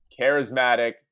charismatic